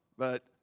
but,